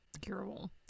curable